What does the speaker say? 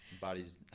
Body's